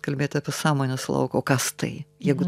kalbėti apie sąmonės lauką o kas tai jeigu